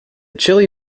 chili